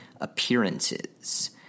appearances